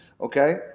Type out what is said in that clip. okay